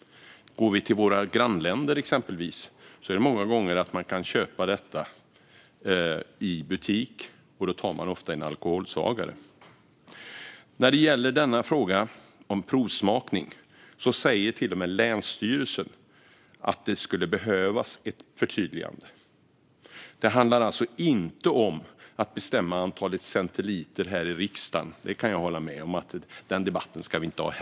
I exempelvis våra grannländer kan man många gånger köpa ölet i butik, och då tar man ofta en alkoholsvagare sort. När det gäller provsmakning säger till och med länsstyrelsen att det skulle behövas ett förtydligande. Det handlar alltså inte om att här i riksdagen bestämma antalet centiliter. Jag kan hålla med om att den debatten inte ska hållas här.